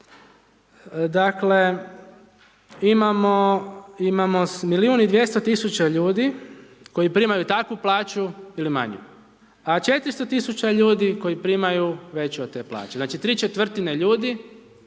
dakle imamo milijun i 200 tisuća ljudi koji primaju takvu plaću ili manju a 400 tisuća ljudi koji primaju veću od te plaće. Znači tri četvrtine ljudi